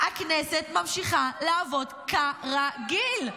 הכנסת ממשיכה לעבוד כ-ר-גיל.